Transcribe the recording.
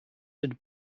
had